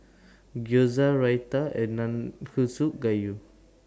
Gyoza Raita and Nanakusa Gayu